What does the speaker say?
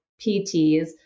PTs